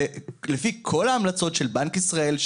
לפי כל ההמלצות של בנק ישראל,